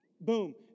Boom